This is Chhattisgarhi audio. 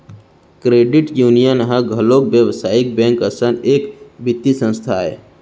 क्रेडिट यूनियन ह घलोक बेवसायिक बेंक असन एक बित्तीय संस्था आय